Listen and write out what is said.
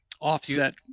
offset